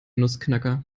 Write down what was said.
nussknacker